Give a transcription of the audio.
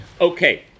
Okay